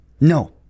No